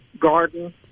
garden